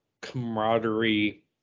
camaraderie